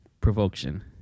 Provocation